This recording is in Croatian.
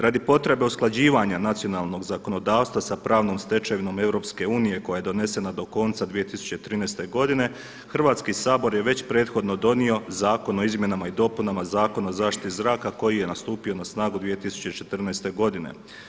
Radi potrebe usklađivanja nacionalnog zakonodavstva sa pravnom stečevinom EU koja je donesena do konca 2013. godine Hrvatski sabor je već prethodno donio Zakon o izmjenama i dopunama Zakona o zaštiti zraka koji je stupio na snagu 2014. godine.